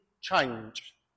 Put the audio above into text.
change